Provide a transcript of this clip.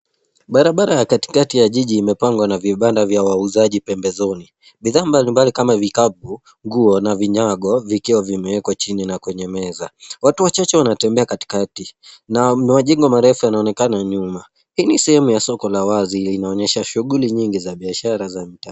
Barabara ya kati kati ya jiji imepangwa na vibanda vya wauzaji pembezoni. Bidhaa mbalimbali kama vikapu, nguo, na vinyago vikiwa vimewekwa chini na kwenye meza. Watu wachache wanatembea katikati, na majengo marefu yanaonekana nyuma. Hii ni sehemu ya soko la wazi linaonyesha shughuli nyingi za biashara za mitaa.